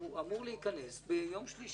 הוא אמור להיכנס ביום שלישי.